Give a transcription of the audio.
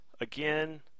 again